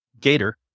gator